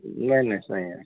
नहीं नहीं सही है